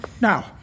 Now